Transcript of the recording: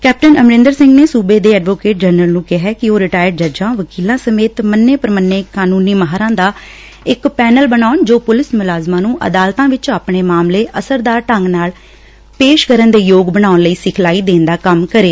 captain Amarinder Singh ਨੇ ਸੁਬੇ ਦੇ ਐਡਵੋਕੇਟ ਜਨਰਲ ਨੂੰ ਕਿਹੈ ਕਿ ਉਹ ਰਿਟਾਇਰਡ ਜੱਜਾਂ ਵਕੀਲਾਂ ਸਮੇਤ ਮੰਨੇ ਪ੍ਰੰਮੰਨੇ ਕਾਨੂੰਨੀ ਮਾਹਿਰਾਂ ਦਾ ਇਕ ਪੈਨਲ ਬਣਾਉਣ ਜੋ ਪੁਲਿਸ ਮੁਲਾਜ਼ਮਾਂ ਨੂੰ ਅਦਾਲਤਾਂ ਵਿਚ ਆਪਣੇ ਮਾਮਲੇ ਅਸਰਦਾਰ ਢੰਗ ਨਾਲ ਪੇਸ਼ ਕਰਨ ਦੇ ਯੋਗ ਬਣਾਉਣ ਲਈ ਸਿਖਲਾਈ ਦੇਣ ਦਾ ਕੰਮ ਕਰੇ